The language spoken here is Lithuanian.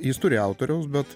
jis turi autoriaus bet